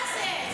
מה זה?